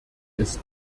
ist